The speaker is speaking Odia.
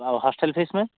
ଆଉ ହଷ୍ଟେଲ୍ ଫିସ୍ ମ୍ୟାମ୍